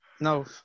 No